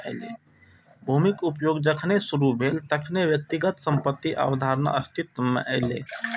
भूमिक उपयोग जखन शुरू भेलै, तखने व्यक्तिगत संपत्तिक अवधारणा अस्तित्व मे एलै